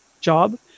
job